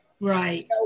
Right